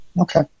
Okay